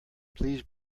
please